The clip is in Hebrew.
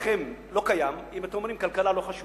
שלכם לא קיים, אם אתם אומרים, כלכלה לא חשובה,